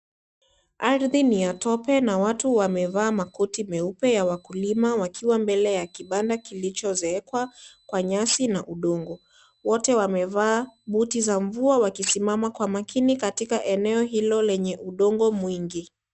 Ardhi ni ya tope na watu wamevaa makoti meupe ya wakulima wakiwa mbele ya kibanda kilichozeekwa kwa nyasi na udongo. Wote wamevaa buti za mvua wakisimama kwa maakini katika eneo hilo lenye udongo mwingi.